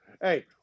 hey